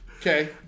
Okay